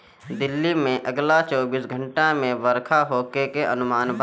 दिल्ली में अगला चौबीस घंटा ले बरखा होखे के अनुमान बा